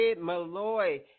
Malloy